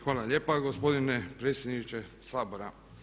Hvala lijepa gospodine predsjedniče Sabora.